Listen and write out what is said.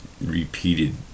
repeated